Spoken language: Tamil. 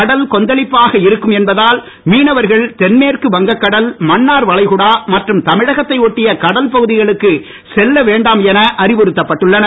கடல் கொந்தளிப்பாக இருக்கும் என்பதால் மீனவர்கள் தென்மெற்கு வங்க கடல் மன்னார் வளைகுடா மற்றும் தமிழகத்தை ஒட்டிய கடல் பகுதிகளுக்கு செல்ல வேண்டாம் என அறிவுறுத்தப்பட்டுள்ளனர்